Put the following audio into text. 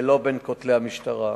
ולא בין כותלי המשטרה.